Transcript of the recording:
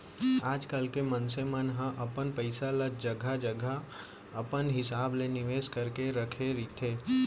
आजकल के मनसे मन ह अपन पइसा ल जघा जघा अपन हिसाब ले निवेस करके रखे रहिथे